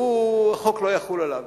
והחוק לא יחול עליו.